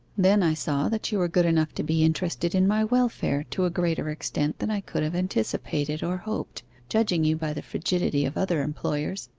then i saw that you were good enough to be interested in my welfare to a greater extent than i could have anticipated or hoped, judging you by the frigidity of other employers,